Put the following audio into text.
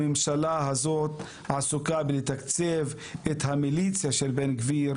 הממשלה הזאת עסוקה בלתקצב את המיליציה של בן גביר,